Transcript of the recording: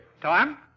Time